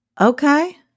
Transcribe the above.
Okay